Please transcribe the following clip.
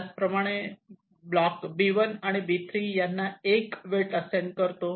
त्याचप्रमाणे block B1 B3 यांना 1 weight assign करतो